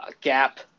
gap